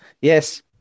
Yes